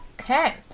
Okay